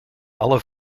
alle